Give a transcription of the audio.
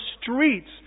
streets